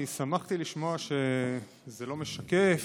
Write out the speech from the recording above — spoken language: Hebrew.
אני שמחתי לשמוע שזה לא משקף